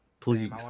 Please